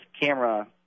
camera